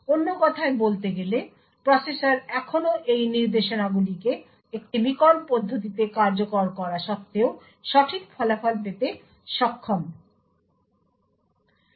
অন্য কথায় বলতে গেলে প্রসেসর এখনও এই নির্দেশনাগুলিকে একটি বিকল পদ্ধতিতে কার্যকর করা সত্ত্বেও সঠিক ফলাফল পেতে সক্ষম হবে